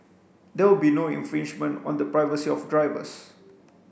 there will be no infringement on the privacy of drivers